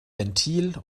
ventil